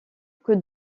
que